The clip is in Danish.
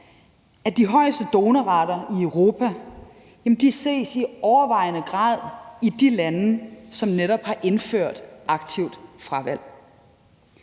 at de højeste donorrater i Europa i overvejende grad ses i de lande, som netop har indført aktivt fravalg.